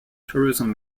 tourism